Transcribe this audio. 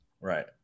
Right